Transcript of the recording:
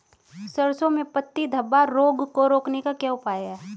सरसों में पत्ती धब्बा रोग को रोकने का क्या उपाय है?